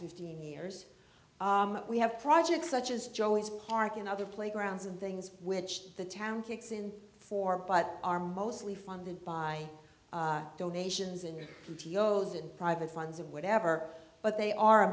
fifteen years we have projects such as joey's park and other playgrounds and things which the town kicks in for but are mostly funded by donations and geos and private funds or whatever but they are a